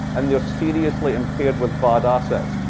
and they're seriously impaired with bad assets.